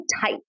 tight